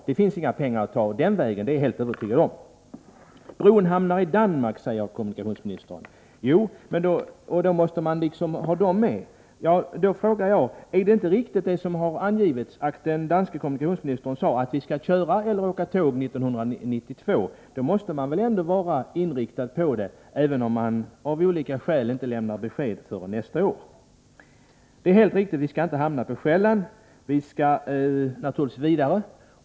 Det finns inga pengar att ta ur statskassan — det är jag helt övertygad om. Bron hamnar i Danmark, och därför måste danskarna vara med på projektet, säger kommunikationsministern. Men då frågar jag: Är det inte riktigt, som har uppgivits, att den danska kommunikationsministern sade att vi skall köra eller åka tåg över Öresund 1992? I så fall måste man väl ändå vara inriktad på en fast förbindelse, även om man av olika skäl inte lämnar besked förrän nästa år. Det är helt riktigt att vi skall se till att vi inte hamnar på Själland; vi skall naturligtvis vidare.